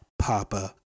Papa